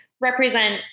represent